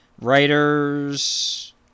Writers